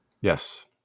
Yes